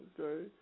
okay